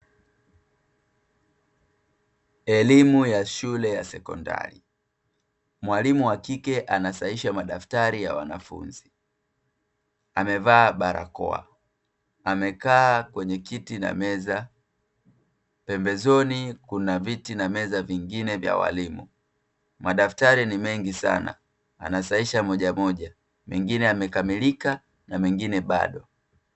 Elimu ya shule ya sekondari; Mwalimu wa kike anasahihisha madaftari ya wanafunzi, amevaa barakoa amekaa kwenye kiti na meza, pembezoni kuna viti na meza vingine vya walimu. Madaftari ni mengi sana, anasahihisha mojamoja, mengine yamekamilika na mengine bado.